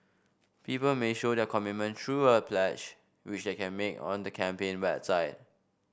people may show their commitment through a pledge which they can make on the campaign website